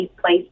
place